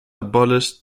abolished